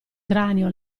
cranio